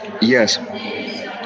Yes